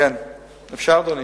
אפשר, אדוני?